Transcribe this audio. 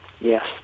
Yes